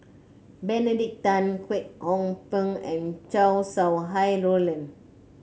Benedict Tan Kwek Hong Png and Chow Sau Hai Roland